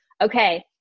okay